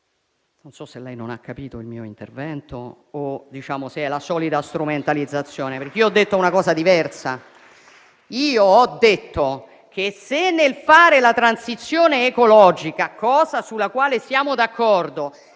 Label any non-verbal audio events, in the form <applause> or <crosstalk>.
Non so se lei non abbia capito il mio intervento o se sia la solita strumentalizzazione. <applause> Io ho detto una cosa diversa: ho detto che, se nel fare la transizione ecologica - cosa sulla quale siamo d'accordo